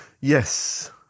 Yes